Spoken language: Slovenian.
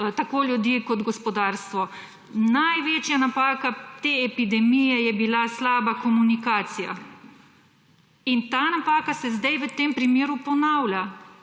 tako ljudi kot gospodarstvo. Največja napaka te epidemije je bila slaba komunikacija in ta napaka se sedaj v tem primeru ponavlja.